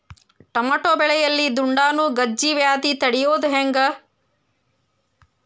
Tomato ಬೆಳೆಯಲ್ಲಿ ದುಂಡಾಣು ಗಜ್ಗಿ ವ್ಯಾಧಿ ತಡಿಯೊದ ಹೆಂಗ್?